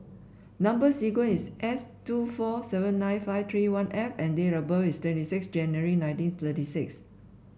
number sequence is S two four seven nine five three one F and date of birth is twenty six January nineteen thirty six